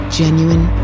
genuine